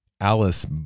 Alice